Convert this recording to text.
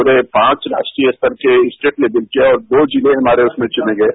पूरे पांच चाष्ट्रीय स्तर के स्टेट लेक्ल और दो जिले हमारे उसमें चुने गये